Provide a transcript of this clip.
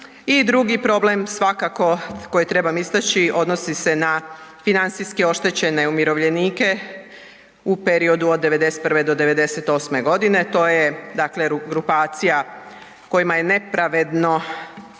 I drugi problem svakako koji trebam istaći odnosi se na financijski oštećene umirovljenike u periodu od '91.do '98.godine dakle to je grupacija kojima je nepravedno